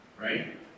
Right